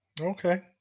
Okay